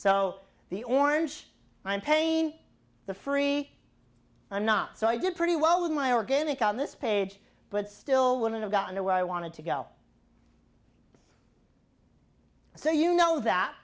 so the orange i'm paying the free i'm not so i did pretty well with my organic on this page but still wouldn't have gotten to where i wanted to go so you know that